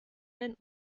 ein